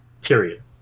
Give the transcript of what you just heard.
period